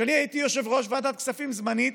כשאני הייתי יושב-ראש ועדת הכספים הזמנית